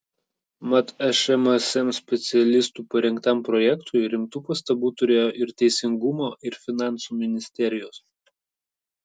mat šmsm specialistų parengtam projektui rimtų pastabų turėjo ir teisingumo ir finansų ministerijos